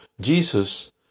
Jesus